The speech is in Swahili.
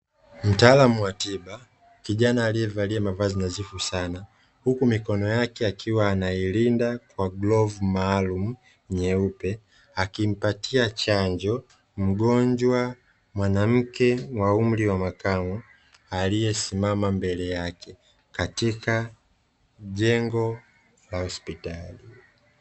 Mtaalamu wa tiba kijana aliyevalia mavazi nadhifu sana, huku mikono yake akiwa anailinda kwa glavu maalumu nyeupe akimpatia chanjo mgonjwa mwanamke wa umri wa makamo aliyesimama mbele yake katika jengo la hospitali.